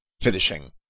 finishing